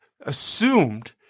assumed